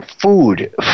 food